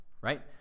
right